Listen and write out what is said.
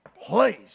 Please